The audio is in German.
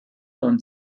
und